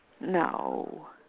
No